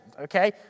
Okay